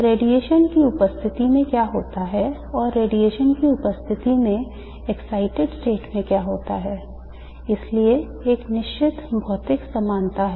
radiation की उपस्थिति में क्या होता है और रेडिएशन की उपस्थिति में excited state में क्या होता है इसलिए एक निश्चित भौतिक समानता है